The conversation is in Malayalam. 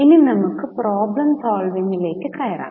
ഇനി നമുക്ക് പ്രോബ്ലം സോൾവിങ് ലേക് കയറാം